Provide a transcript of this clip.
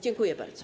Dziękuję bardzo.